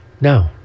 No